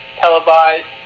televised